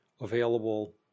available